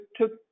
took